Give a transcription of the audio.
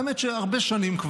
האמת שכבר הרבה שנים,